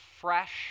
fresh